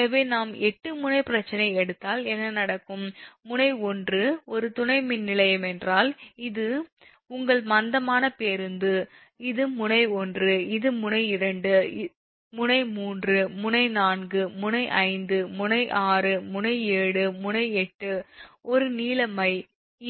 எனவே நாம் 8 முனை பிரச்சனை எடுத்தால் என்ன நடக்கும் முனை 1 ஒரு துணை மின்நிலையம் என்றால் இது உங்கள் மந்தமான பேருந்து இது முனை 1 இது முனை 2 முனை 3 முனை 4 முனை 5 முனை 6 முனை 7 முனை 8 ஒரு நீல மை